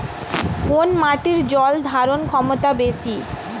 কোন মাটির জল ধারণ ক্ষমতা বেশি?